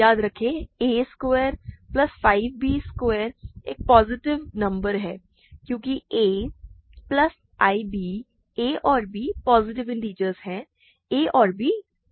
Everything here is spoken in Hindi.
याद रखें a square plus 5 b square एक पॉजिटिव नंबर है क्योंकि a प्लस ib a और b पॉजिटिव इंटिजर्स हैं a और b नॉन जीरो इंटिजर्स हैं